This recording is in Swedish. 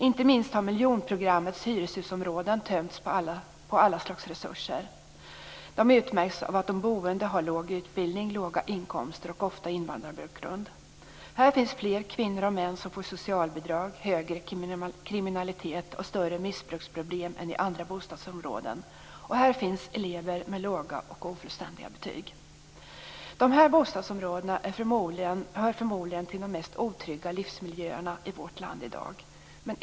Inte minst har miljonprogrammets hyreshusområden tömts på alla slags resurser. Dessa områden utmärks av att de boende har låg utbildning, har låga inkomster och ofta har invandrarbakgrund. Här finns fler kvinnor och män som får socialbidrag, högre kriminalitet och större missbruksproblem än i andra bostadsområden. Här finns också elever med låga och ofullständiga betyg. Dessa bostadsområden hör förmodligen till de mest otrygga livsmiljöerna i vårt land i dag.